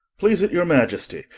please it your maiestie,